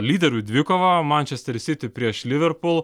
lyderių dvikova mančester siti prieš liverpul